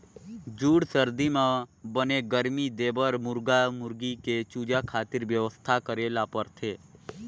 जूड़ सरदी म बने गरमी देबर मुरगा मुरगी के चूजा खातिर बेवस्था करे ल परथे